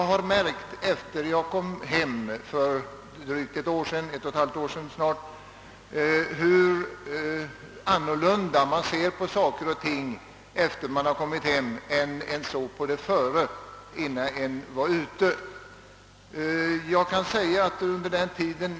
Efter det jag kom hem för snart ett och ett halvt år sedan har jag märkt hur annorlunda man ser på saker och ting i jämförelse med hur man såg på dem innan man varit ute.